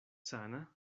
sana